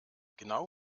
genau